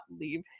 leave